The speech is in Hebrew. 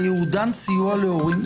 זה ייעודן סיוע להורים.